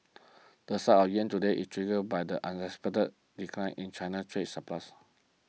the slide of the yuan today is triggered by the unexpected decline in China's trade surplus